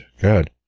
Good